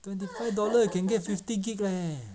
twenty five dollar you can get fifty gig leh